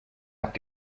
habt